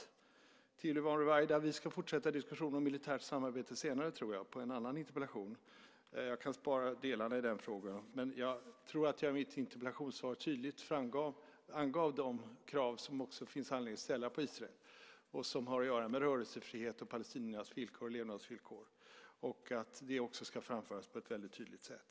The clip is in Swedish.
Till Yvonne Ruwaida kan jag säga att vi ska fortsätta diskussionen om militärt samarbete senare i samband med en annan interpellation. Jag tror att jag i mitt interpellationssvar tydligt angav de krav som det finns anledning att ställa på Israel och som har att göra med rörelsefrihet och palestiniernas rörelsefrihet och levnadsvillkor. Det ska också framföras på ett väldigt tydligt sätt.